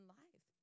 life